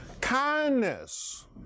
kindness